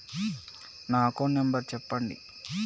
నా account number చెప్పండి?